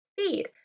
feed